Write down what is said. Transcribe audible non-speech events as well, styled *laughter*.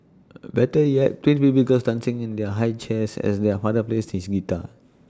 *hesitation* better yet twin baby girls dancing in their high chairs as their father plays his guitar